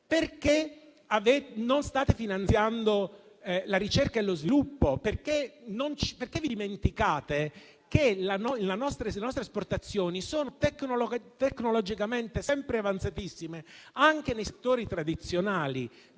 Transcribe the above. Perché non state finanziando la ricerca e lo sviluppo? Perché vi dimenticate che le nostre esportazioni sono tecnologicamente sempre avanzatissime, anche nei settori tradizionali.